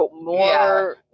more